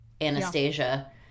Anastasia